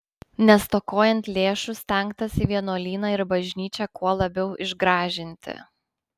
nestokojant lėšų stengtasi vienuolyną ir bažnyčią kuo labiau išgražinti